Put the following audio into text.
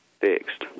fixed